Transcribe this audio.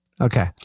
Okay